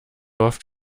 oft